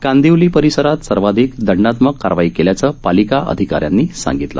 कांदिवली परिसरात सर्वाधिक दंडात्मक कारवाई केल्याचं पालिका अधिकाऱ्यांनी सांगितलं